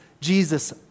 Jesus